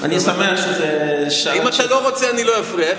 אבל --- אני שמח --- אם אתה רוצה אני אפריע.